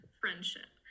friendship